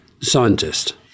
scientist